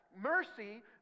Mercy